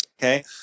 Okay